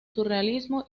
surrealismo